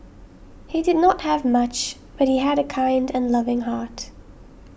he did not have much but he had a kind and loving heart